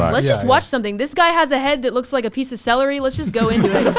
um let's just watch something. this guy has a head that looks like a piece of celery. let's just go into it.